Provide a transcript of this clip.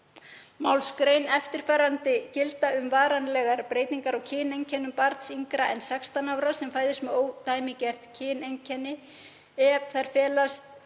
2. mgr., eftirfarandi gilda um varanlegar breytingar á kyneinkennum barns yngra en 16 ára sem fæðist með ódæmigerð kyneinkenni ef þær felast